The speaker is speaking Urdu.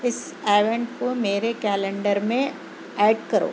اِس ایوینٹ کو میرے کیلنڈر میں ایڈ کرو